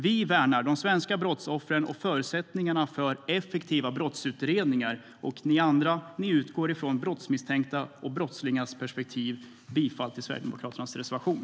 Vi värnar de svenska brottsoffren och förutsättningarna för effektiva brottsutredningar. Ni andra utgår från brottsmisstänktas och brottslingars perspektiv. Jag yrkar bifall till Sverigedemokraternas reservation.